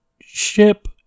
ship